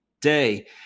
day